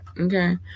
okay